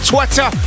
Twitter